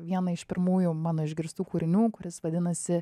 vieną iš pirmųjų mano išgirstų kūrinių kuris vadinasi